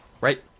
right